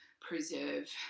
preserve